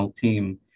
team